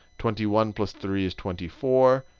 twenty one plus three is twenty four.